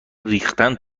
ریختن